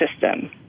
system